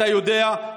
אתה יודע,